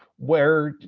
where,